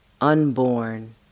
unborn